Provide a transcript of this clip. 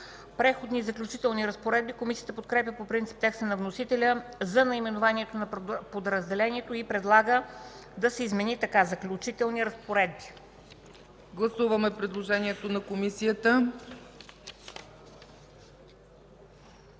„Преходни и заключителни разпоредби”. Комисията подкрепя по принцип текста на вносителя за наименованието на подразделението и предлага да се измени така: „Заключителни разпоредби”. ПРЕДСЕДАТЕЛ ЦЕЦКА ЦАЧЕВА: Гласуваме предложението на Комисията.